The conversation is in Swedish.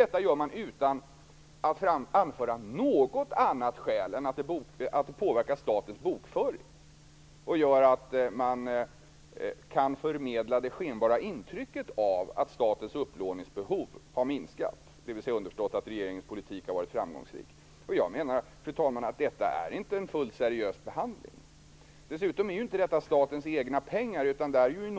Detta gör regeringen utan att anföra något annat skäl än att det påverkar statens bokföring och gör att man kan förmedla det skenbara intrycket av att statens upplåningsbehov har minskat, dvs. underförstått att regeringens politik har varit framgångsrik. Fru talman! Jag menar att detta inte är en fullt seriös behandling. Dessutom är inte detta statens egna pengar utan i